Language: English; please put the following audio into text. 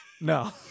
No